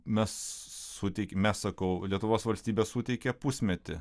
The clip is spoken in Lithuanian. mes suteikėm mes sakau lietuvos valstybė suteikia pusmetį